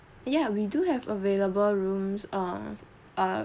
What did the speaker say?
yeah we do have available rooms err uh